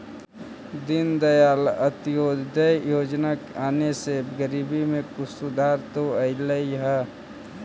दीनदयाल अंत्योदय योजना के आने से गरीबी में कुछ सुधार तो अईलई हे